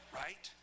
right